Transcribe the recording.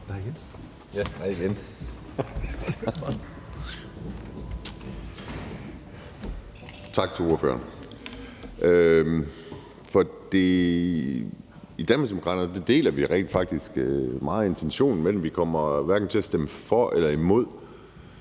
og tak til ordføreren. For i Danmarksdemokraterne deler vi rent faktisk meget af intentionen, men vi kommer hverken til at stemme for eller imod.